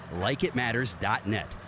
Likeitmatters.net